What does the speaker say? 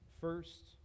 first